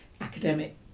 academic